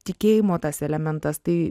tikėjimo tas elementas tai